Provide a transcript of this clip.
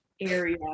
area